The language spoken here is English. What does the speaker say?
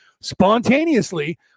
spontaneously